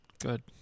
Good